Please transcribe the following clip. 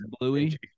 Bluey